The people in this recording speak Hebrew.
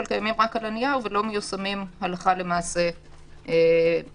אבל רק על הנייר ולא מיושמים הלכה למעשה הפועל.